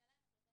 השאלה אם את רוצה